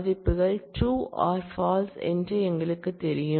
மதிப்புகள் true are false என்று எங்களுக்குத் தெரியும்